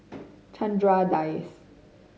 Chandra Das